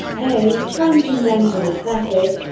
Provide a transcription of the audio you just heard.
a. transcendental aesthetic